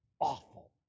awful